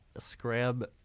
Scrab